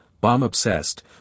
bomb-obsessed